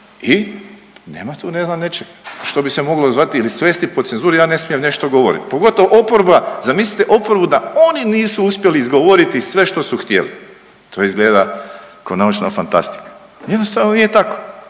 i nema tu ne znam nečeg što bi se moglo zvati ili svesti pod cenzuru ja ne smijem nešto govorit, pogotovo oporba. Zamislite oporbu da oni nisu uspjeli izgovoriti sve što su htjeli, to izgleda ko naučna fantastika. Jednostavno nije tako